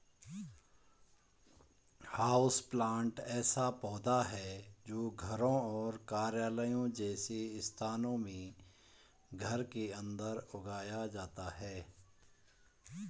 houseplant ऐसा पौधा है जो घरों और कार्यालयों जैसे स्थानों में घर के अंदर उगाया जाता है